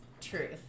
truth